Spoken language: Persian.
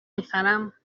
میخرم